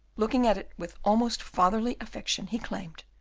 looking at it with almost fatherly affection, he exclaimed,